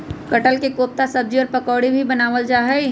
कटहल के कोफ्ता सब्जी और पकौड़ी भी बनावल जा हई